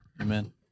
Amen